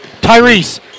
Tyrese